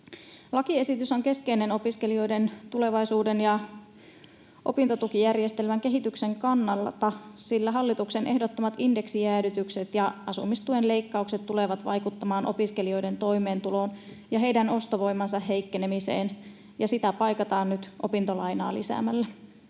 Lakiesitys on keskeinen opiskelijoiden tulevaisuuden ja opintotukijärjestelmän kehityksen kannalta, sillä hallituksen ehdottamat indeksijäädytykset ja asumistuen leikkaukset tulevat vaikuttamaan opiskelijoiden toimeentuloon ja heidän ostovoimansa heikkenemiseen, ja sitä paikataan nyt opintolainaa lisäämällä.